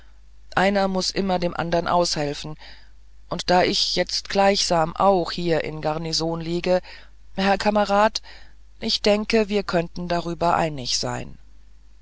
einer muß immer dem andern aushelfen und da ich jetzt gleichsam auch hier in garnison liege herr kamerad ich denke wir könnten darüber einig sein